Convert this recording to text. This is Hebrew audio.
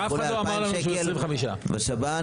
הוא עולה 2,000 שקלים בשב"ן